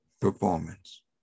performance